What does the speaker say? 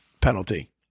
penalty